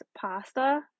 pasta